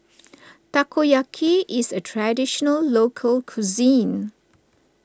Takoyaki is a Traditional Local Cuisine